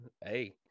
hey